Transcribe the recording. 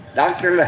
doctor